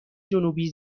جنوبی